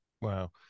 wow